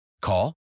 Call